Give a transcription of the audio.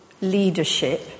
leadership